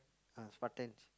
ah Spartans